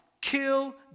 Kill